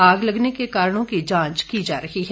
आग लगने के कारणों की जांच की जा रही है